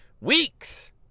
weeks